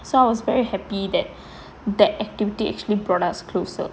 so I was very happy that that activity actually brought us closer